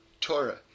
Torah